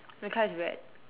the car is red